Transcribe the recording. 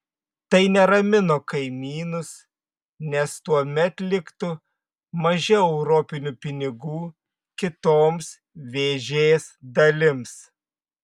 tai neramino kaimynus nes tuomet liktų mažiau europinių pinigų kitoms vėžės dalims